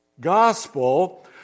Gospel